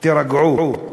תירגעו.